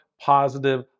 positive